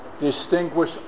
distinguish